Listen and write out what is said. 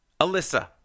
Alyssa